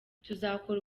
tuzakora